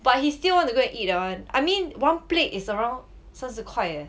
but he still want to go and eat that [one] I mean one plate is around 三十块 eh